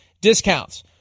discounts